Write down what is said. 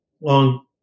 long